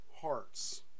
hearts